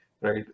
right